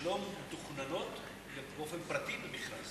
לא מתוכננות באופן פרטי במכרז.